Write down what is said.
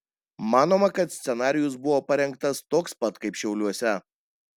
manoma kad scenarijus buvo parengtas toks pat kaip šiauliuose